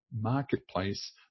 marketplace